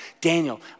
Daniel